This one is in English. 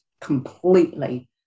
Completely